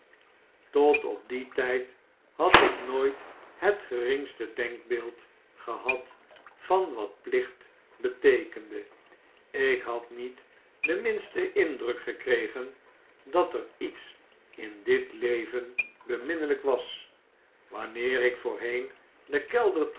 tot op dien tyd had ik nooit het geringste denkbeeld gehad van wat plicht beteekende ik had niet den minsten indruk gekregen dat er iets in dit leven beminnelyk was wanneer ik voorheen de